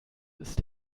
ist